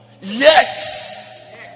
Yes